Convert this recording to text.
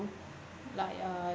like uh